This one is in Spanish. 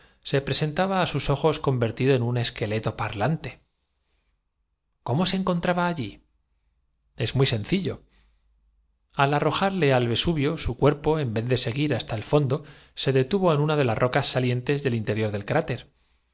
for presentaba á sus ojos convertido en un esqueleto par tuna lante resignacióndijo benjamín manos á la obra cómo se encontraba allí es muy sencillo al arro apuntemos los nombres venga papel jarle al vesubio su cuerpo en vez de seguir hasta el papel nos hemos engullido hasta los billetes de fondo se detuvo en una de las rocas salientes del inte banco rior del cráter